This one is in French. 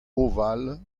ovales